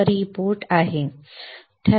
तर ही बोट ठीक आहे